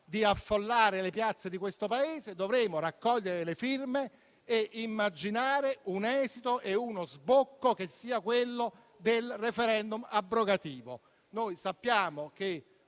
di affollare le piazze di questo Paese, dovremmo raccogliere le firme e immaginare un esito e uno sbocco che sia quello del *referendum* abrogativo. Sappiamo che